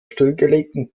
stillgelegten